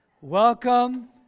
Welcome